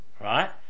right